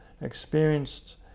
experienced